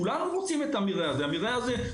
הרי כולנו רוצים את המרעה הזה, שמשמש